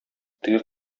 теге